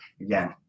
Again